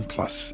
Plus